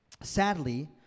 Sadly